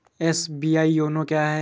SBI YONO क्या है?